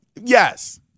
Yes